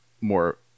more